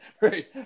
Right